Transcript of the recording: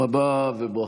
תוכן.